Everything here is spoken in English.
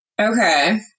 Okay